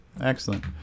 Excellent